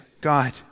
God